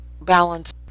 balance